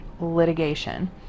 litigation